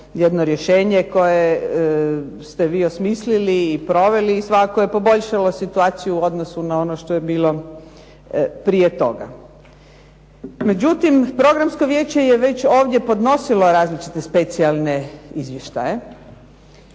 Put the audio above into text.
jedno rješenje koje ste vi osmislili i proveli i svakako je poboljšalo situaciju u odnosu na ono što je bilo prije toga. Međutim, programsko vijeće je već ovdje podnosilo različite specijalne izvještaje